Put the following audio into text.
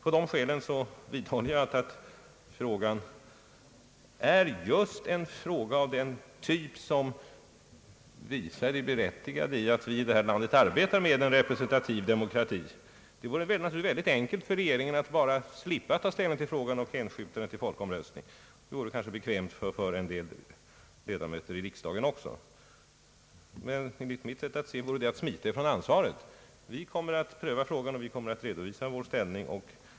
På de skälen vidhåller jag att frågan är just av den typ som visar det berättigade i att vi i det här landet arbetar med en representativ demokrati. Det vore naturligtvis synnerligen enkelt för regeringen att slippa ta ställning i frågan genom att bara hänskjuta den till folkomröstning. Det vore kanske bekvämt för en del ledamöter i riksdagen också. Men enligt mitt sätt att se vore det att smita från ansvaret. Vi kommer att pröva frågan och vi kommer att redovisa vårt ställningstagande.